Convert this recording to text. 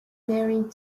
married